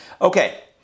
Okay